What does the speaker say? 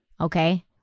okay